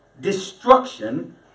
destruction